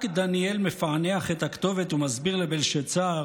רק דניאל מפענח את הכתובת, ומסביר לבלשאצר